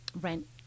rent